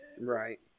Right